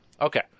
okay